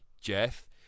Jeff